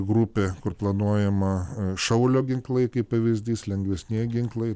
grupė kur planuojama šaulio ginklai kaip pavyzdys lengvesnieji ginklai